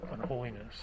unholiness